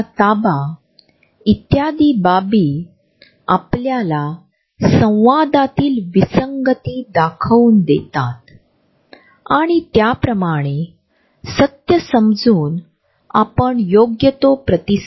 proxemics हा शब्द सांस्कृतिक मानववंशशास्त्रज्ञ एडवर्ड टी हॉल यांनी तयार केला आहे